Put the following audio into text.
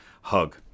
hug